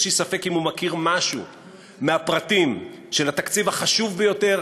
יש לי ספק אם הוא מכיר משהו מהפרטים של התקציב החשוב ביותר,